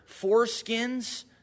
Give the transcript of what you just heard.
foreskins